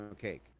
cake